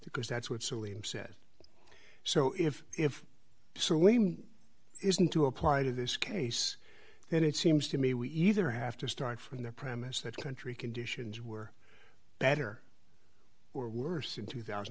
because that's what psyllium said so if if so lame isn't to apply to this case then it seems to me we either have to start from the premise that country conditions were better or worse in two thousand